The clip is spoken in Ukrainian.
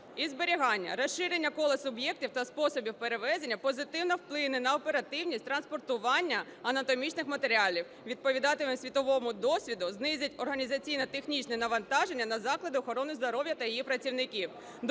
і зберігання. Розширення кола суб'єктів та способів перевезення позитивно вплине на оперативність транспортування анатомічних матеріалів, відповідатиме світовому досвіду, знизить організаційно-технічне навантаження на заклад охорони здоров'я та її працівників.